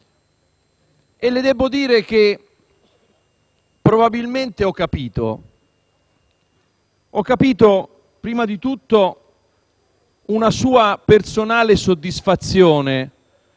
Le debbo dire che probabilmente ho capito che prima di tutto vi è una sua personale soddisfazione